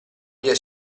via